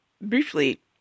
briefly